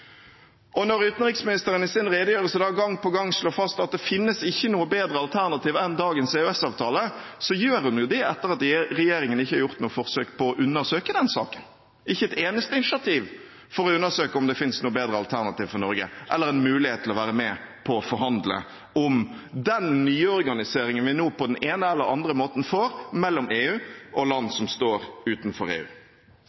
Norge. Når utenriksministeren i sin redegjørelse gang på gang slår fast at det ikke finnes noe bedre alternativ enn dagens EØS-avtale, gjør hun det etter at regjeringen ikke har gjort noe forsøk på å undersøke den saken – ikke ett eneste initiativ for å undersøke om det finnes noe bedre alternativ for Norge, eller en mulighet for å være med på å forhandle om den nyorganiseringen vi nå på den ene eller andre måten får mellom EU og land